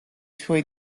suoi